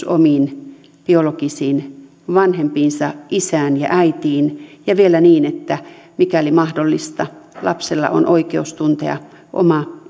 omiin biologisiin vanhempiinsa isään ja äitiin ja vielä niin että mikäli mahdollista lapsella on oikeus tuntea oma